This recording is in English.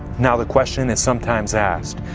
now the question is sometimes asked,